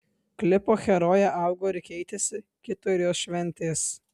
klipo herojė augo ir keitėsi kito ir jos šventės